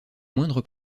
moindre